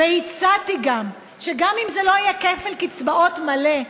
הצעתי גם, שגם אם זה לא יהיה כפל קצבאות מלא,